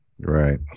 Right